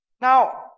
Now